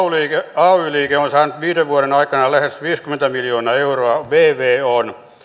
ay liike on saanut viiden vuoden aikana lähes viisikymmentä miljoonaa euroa vvon